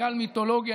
מנכ"ל מיתולוגי,